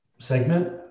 segment